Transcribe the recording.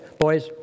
Boys